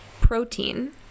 protein